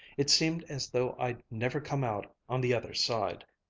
it seemed as though i'd never come out on the other side.